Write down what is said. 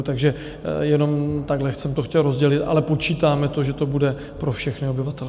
Takže jenom takhle jsem to chtěl rozdělit, ale počítáme, že to bude pro všechny obyvatele.